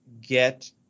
get